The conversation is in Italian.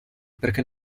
perché